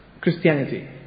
Christianity